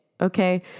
Okay